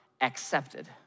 accepted